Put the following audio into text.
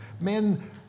men